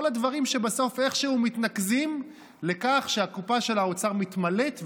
כל הדברים שבסוף איכשהו מתנקזים לכך שהקופה של האוצר מתמלאת,